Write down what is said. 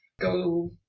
go